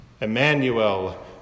Emmanuel